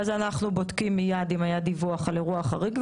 ואז אנחנו בודקים מיד אם היה דיווח על אירוע חריג,